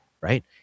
right